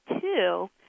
two